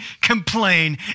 complain